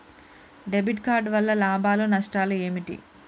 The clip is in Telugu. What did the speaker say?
డెబిట్ కార్డు వల్ల లాభాలు నష్టాలు ఏమిటి?